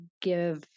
give